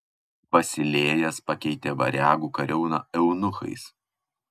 basilėjas pakeitė variagų kariauną eunuchais